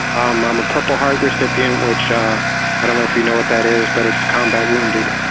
um i'm a purple heart recipient which, um i don't know if you know what that is, but it's combat wounded.